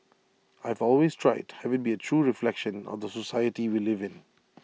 I've always tried have IT be A true reflection of the society we live in